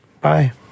Bye